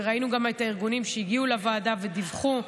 וראינו גם את הארגונים שהגיעו לוועדה ודיווחו.